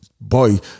boy